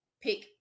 pick